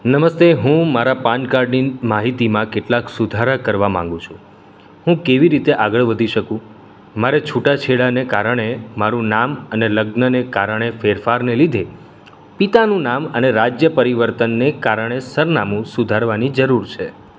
નમસ્તે હું મારા પાન કાર્ડની માહિતીમાં કેટલાક સુધારા કરવા માગું છું હું કેવી રીતે આગળ વધી શકું મારે છૂટાછેડાને કારણે મારું નામ અને લગ્નને કારણે ફેરફારને લીધે પિતાનું નામ અને રાજ્ય પરિવર્તનને કારણે સરનામું સુધારવાની જરૂર છે